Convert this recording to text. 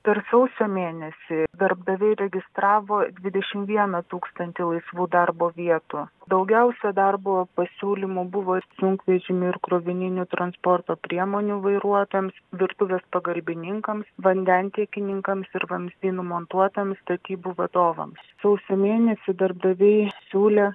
per sausio mėnesį darbdaviai registravo dvidešimt vieną tūkstantį laisvų darbo vietų daugiausia darbo pasiūlymų buvo ir sunkvežimių ir krovininių transporto priemonių vairuotojams virtuvės pagalbininkams vandentiekininkams ir vamzdynų montuotojams statybų vadovams sausio mėnesį darbdaviai siūlė